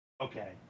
Okay